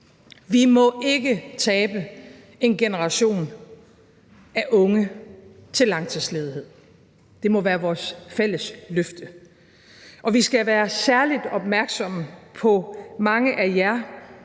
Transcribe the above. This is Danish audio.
Vi må ikke tabe en generation af unge til langtidsledighed; det må være vores fælles løfte. Og vi skal være særlig opmærksomme på mange af jer,